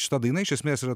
šita daina iš esmės yra